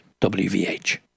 WVH